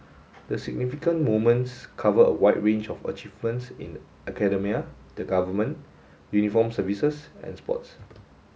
the significant moments cover a wide range of achievements in academia the government uniformed services and sports